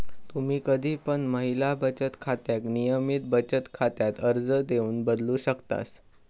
तुम्ही कधी पण महिला बचत खात्याक नियमित बचत खात्यात अर्ज देऊन बदलू शकतास